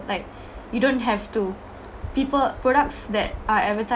like you don't have to people products that are advertised